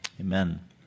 amen